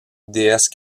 déesse